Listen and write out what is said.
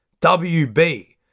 WB